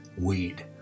weed